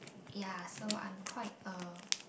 ya so I'm quite a